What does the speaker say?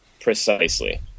precisely